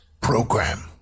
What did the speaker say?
Program